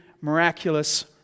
miraculous